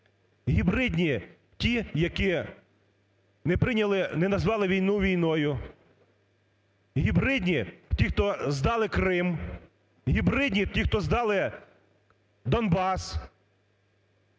прийняли… не назвали війну війною. Гібридні – ті, хто здали Крим. Гібридні – ті, хто здали Донбас.